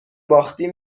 باختیم